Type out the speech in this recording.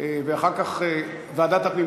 ועדת הפנים.